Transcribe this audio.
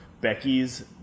Becky's